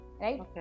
right